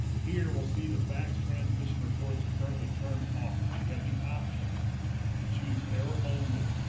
here we'll see the fax transmission reports are currently turned off. we have the option to choose error only.